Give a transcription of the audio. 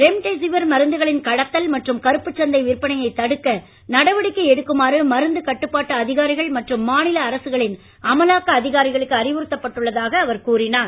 remdesivir மருந்துகளின் கடத்தல் மற்றும் கருப்பு சந்தை விற்பனையை தடுக்க நடவடிக்கை எடுக்குமாறு மருந்து கட்டுப்பாட்டு அதிகாரிகள் மற்றும் மாநில அரசுகளின் அமலாக்க அதிகாரிகளுக்கு அறிவுறுத்தப்பட்டுள்ளதாக அவர் கூறினார்